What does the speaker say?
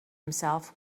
himself